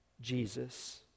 Jesus